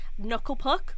Knucklepuck